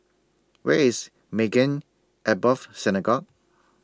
Where IS Maghain Aboth Synagogue